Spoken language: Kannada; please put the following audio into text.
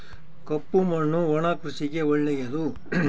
ಕಪ್ಪು ಮಣ್ಣು ಒಣ ಕೃಷಿಗೆ ಒಳ್ಳೆಯದು